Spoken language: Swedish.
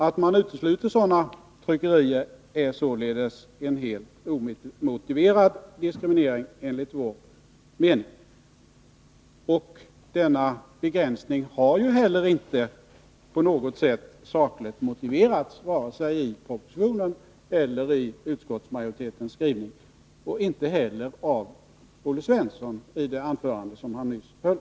Att utesluta sådana tryckerier är enligt vår mening en helt omotiverad diskriminering. Begränsningen har ju heller inte på något sätt sakligt motiverats vare sig i propositionen eller i utskottsmajoritetens skrivning och inte heller av Olle Svensson i det anförande han nyss höll.